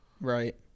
Right